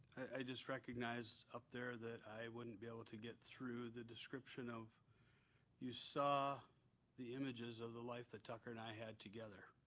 i just recognize up there that i wouldn't be able to get through the description of you saw the images of the life that tucker and i had together.